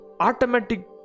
Automatic